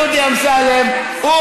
ועומד שם דודי אמסלם ומצחקק,